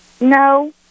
No